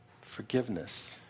Forgiveness